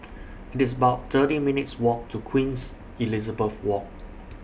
It's about thirty minutes' Walk to Queen's Elizabeth Walk